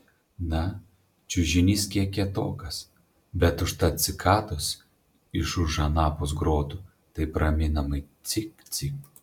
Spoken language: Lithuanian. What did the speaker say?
na čiužinys kiek kietokas bet užtat cikados iš už anapus grotų taip raminamai cik cik